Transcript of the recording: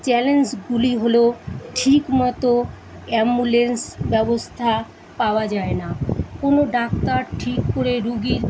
চ্যালেঞ্জগুলি হলো ঠিকমতো অ্যাম্বুলেন্স ব্যবস্থা পাওয়া যায় না কোনো ডাক্তার ঠিক করে রুগীর